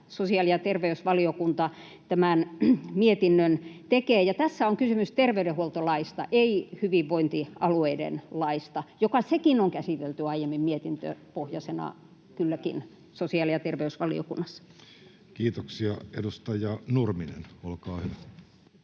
sosiaali- ja terveysvaliokunta tämän mietinnön tekee. Ja tässä on kysymys terveydenhuoltolaista, ei hyvinvointialueiden laista, joka sekin on käsitelty aiemmin mietintöpohjaisena, kylläkin sosiaali- ja terveysvaliokunnassa. Kiitoksia. — Edustaja Nurminen, olkaa hyvä.